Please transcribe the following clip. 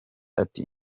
ati